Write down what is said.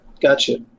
Gotcha